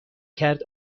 کرد